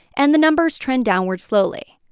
and the numbers trend downward slowly.